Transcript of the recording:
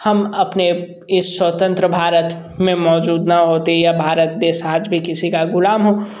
हम अपने इस स्वतंत्र भारत में मौजूद ना होते यह भारत देश आज भी किसी का ग़ुलाम हो